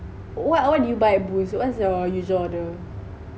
what what do you buy a Boost what you usually order